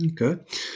Okay